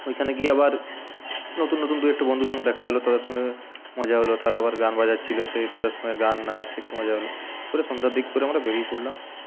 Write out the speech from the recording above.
ওইখানে গিয়ে আবার নতুন নতুন দু একটা বন্ধুর সঙ্গে দেখা হলো তাদের সঙ্গে মজা হলো তারা আবার গান বাজাচ্ছিলো সেই তাদের সঙ্গে গান নাচ একটু মজা হলো করে সন্ধ্যার দিক করে আমরা বেরিয়ে পড়লাম